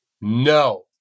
No